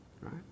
right